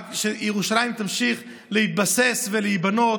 שירושלים תמשיך להתבסס ולהיבנות,